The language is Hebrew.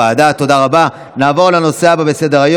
ותעבור לוועדת החוקה,